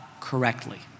correctly